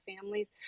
families